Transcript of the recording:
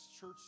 church